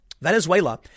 Venezuela